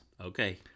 Okay